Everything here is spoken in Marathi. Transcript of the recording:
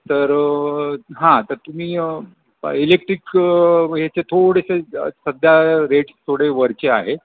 तर हां तर तुम्ही इलेक्ट्रिक ह्याचे थोडेशे सध्या रेट्स थोडे वरचे आहे